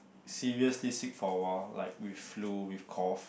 seriously sick for a while like with flu with cough